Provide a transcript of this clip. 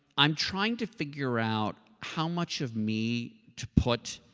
i'm trying to figure out how much of me to put